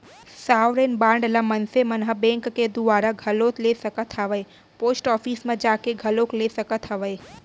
sovereign bond ल मनसे मन ह बेंक के दुवारा घलोक ले सकत हावय पोस्ट ऑफिस म जाके घलोक ले सकत हावय